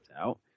Out